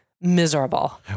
miserable